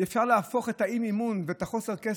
אפשר להפוך את האי-מימון ואת חוסר הכסף,